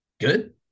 good